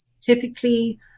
typically